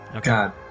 God